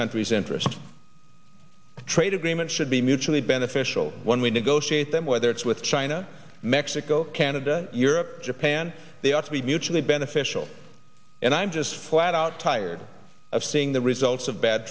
country's interest to trade agreement should be mutually beneficial when we negotiate them whether it's with china mexico canada europe japan they ought to be mutually beneficial and i'm just flat out tired of seeing the results of bad